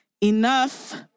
Enough